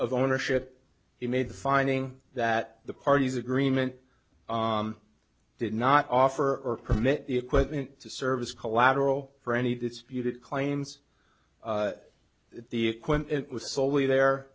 a ownership he made the finding that the parties agreement did not offer or permit the equipment to service collateral for any disputed claims that the equipment was soley there